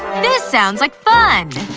this sounds like fun!